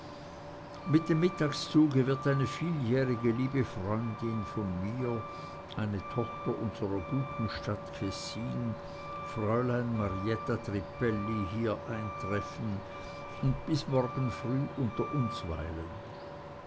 mit dem mittagszug wird eine vieljährige liebe freundin von mir eine tochter unserer guten stadt kessin fräulein marietta trippelli hier eintreffen und bis morgen früh unter uns weilen